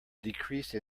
decrease